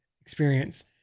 experience